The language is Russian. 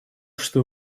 что